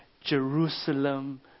Jerusalem